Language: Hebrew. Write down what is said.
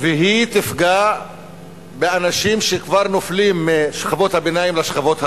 והיא תפגע באנשים שכבר נופלים משכבות הביניים לשכבות החלשות.